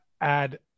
add